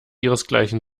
ihresgleichen